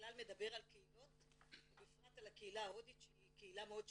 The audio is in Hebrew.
ובכלל מדבר על קהילות ובפרט על הקהילה ההודית שהיא קהילה מאוד שקטה,